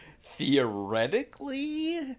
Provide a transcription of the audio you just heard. theoretically